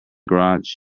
garage